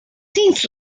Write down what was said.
things